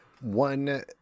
One